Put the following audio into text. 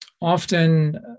Often